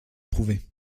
prouvé